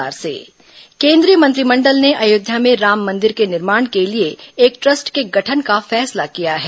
प्रधानमंत्री राम मंदिर केन्द्रीय मंत्रिमंडल ने अयोध्या में राम मंदिर के निर्माण के लिए एक ट्रस्ट के गठन का फैसला किया है